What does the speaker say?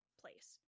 place